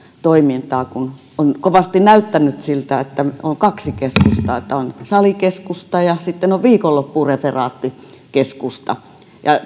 toimintaa kun on kovasti näyttänyt siltä että on kaksi keskustaa on salikeskusta ja sitten on viikonloppureferaattikeskusta